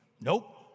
Nope